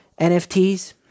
NFTs